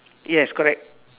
yes correct